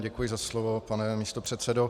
Děkuji za slovo, pane místopředsedo.